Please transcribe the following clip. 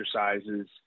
exercises